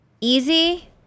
easy